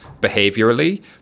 behaviorally